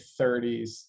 30s